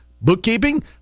bookkeeping